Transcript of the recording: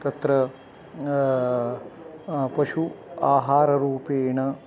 तत्र पशु आहाररूपेण